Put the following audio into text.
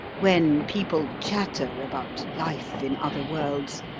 when people chatter about life in other worlds,